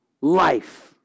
life